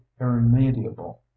irremediable